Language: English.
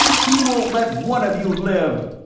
he won't let one of you live.